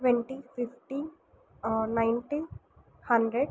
twenty fifty ninety hundred